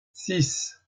six